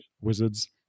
wizards